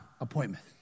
appointment